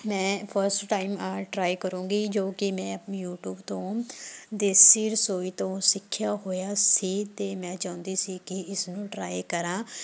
ਮੈਂ first time ਆਹ try ਕਰਾਂਗੀ ਜੋ ਕਿ ਮੈਂ ਆਪਣੀ ਯੂਟਿਊਬ ਤੋਂ ਦੇਸੀ ਰਸੋਈ ਤੋਂ ਸਿੱਖਿਆ ਹੋਇਆ ਸੀ ਅਤੇ ਮੈਂ ਚਾਹੁੰਦੀ ਸੀ ਕਿ ਇਸ ਨੂੰ ਟਰਾਈ ਕਰਾਂ